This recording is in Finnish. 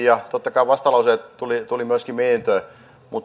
totta kai vastalauseita tuli myöskin mietintöön